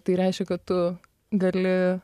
tai reiškia kad tu gali